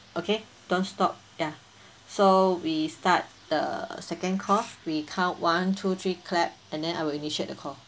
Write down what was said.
okay don't stop ya so we start the second call we count one two three clap and then I will initiate the call